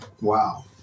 wow